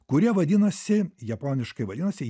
kurie vadinasi japoniškai vadinasi